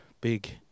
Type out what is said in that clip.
big